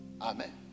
amen